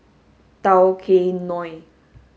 Tao Kae Noi